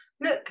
look